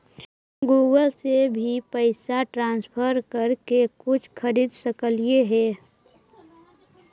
Google से भी पैसा ट्रांसफर कर के कुछ खरिद सकलिऐ हे?